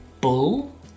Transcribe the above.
bull